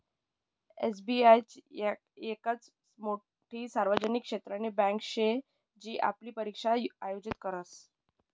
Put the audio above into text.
SBI येकच मोठी सार्वजनिक क्षेत्रनी बँके शे जी आपली परीक्षा आयोजित करस